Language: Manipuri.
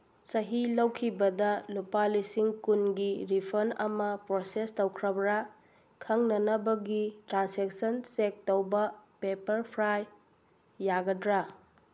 ꯆꯍꯤ ꯂꯧꯈꯤꯕꯗ ꯂꯨꯄꯥ ꯂꯤꯁꯤꯡ ꯀꯨꯟꯒꯤ ꯔꯤꯐꯟ ꯑꯃ ꯄ꯭ꯔꯣꯁꯦꯁ ꯇꯧꯈ꯭ꯔꯕ꯭ꯔꯥ ꯈꯪꯅꯅꯕꯒꯤ ꯇ꯭ꯔꯥꯟꯖꯦꯛꯁꯟ ꯆꯦꯛ ꯇꯧꯕ ꯄꯦꯄꯔꯐ꯭ꯔꯥꯏ ꯌꯥꯒꯗ꯭ꯔꯥ